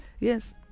Yes